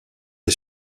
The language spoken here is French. est